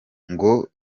ngo